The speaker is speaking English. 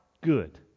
Good